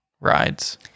rides